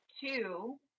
Two